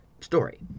story